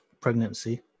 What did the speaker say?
pregnancy